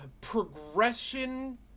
progression